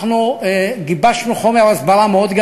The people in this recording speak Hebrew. אנחנו גיבשנו חומר הסברה רב מאוד,